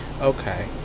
okay